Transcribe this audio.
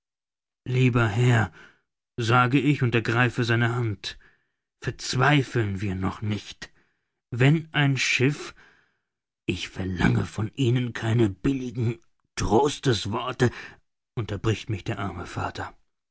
lieber herr sage ich und ergreife seine hand verzweifeln wir noch nicht wenn ein schiff ich verlange von ihnen keine billigen trostesworte unterbricht mich der arme vater